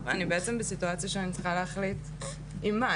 אני בעצם בסיטואציה שאני צריכה להחליט עם מה,